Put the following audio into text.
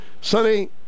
Sunny